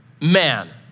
man